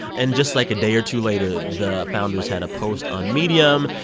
and just, like, a day or two later, the founders had a post on medium,